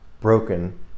broken